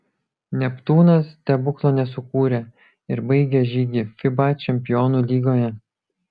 neptūnas stebuklo nesukūrė ir baigė žygį fiba čempionų lygoje